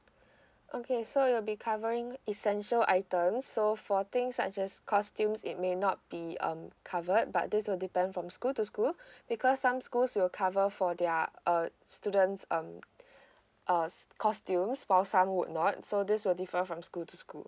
okay so you'll be covering essential items so for things such as costumes it may not be um covered but this will depend from school to school because some schools it will cover for their uh students um uh costumes while some would not so this will differ from school to school